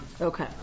Okay